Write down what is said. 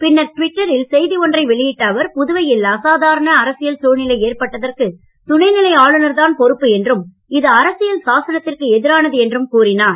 பின்னர் ட்விட்டரில் செய்தி ஒன்றை வெளியிட்ட அவர் புதுவையில் அசாதாரண அரசியல் சூழ்நிலை ஏற்பட்டதற்கு துணைநிலை ஆளுநர்தான் பொறுப்பு என்றும் இது அரசியல் சாசனத்திற்கு எதிரானது என்றும் கூறினார்